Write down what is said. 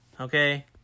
okay